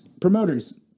Promoters